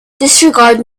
disregard